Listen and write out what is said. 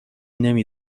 نمی